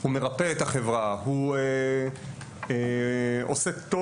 הוא מרפא את החברה, הוא עושה טוב.